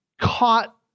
caught